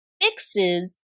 fixes